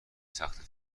سخته